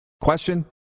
question